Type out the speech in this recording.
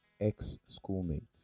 ex-schoolmates